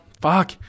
Fuck